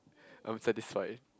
I'm satisfied